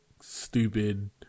stupid